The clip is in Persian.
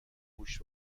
گوشت